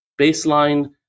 baseline